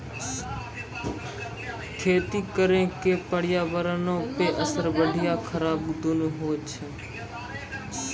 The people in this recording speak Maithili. खेती करे के पर्यावरणो पे असर बढ़िया खराब दुनू होय छै